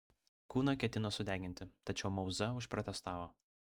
kūną ketino sudeginti tačiau mauza užprotestavo